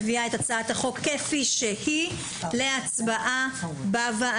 אני מביאה את הצעת החוק כפי שהיא להצבעה בוועדה,